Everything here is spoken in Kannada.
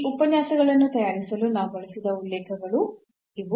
ಈ ಉಪನ್ಯಾಸಗಳನ್ನು ತಯಾರಿಸಲು ನಾವು ಬಳಸಿರುವ ಉಲ್ಲೇಖಗಳು ಇವು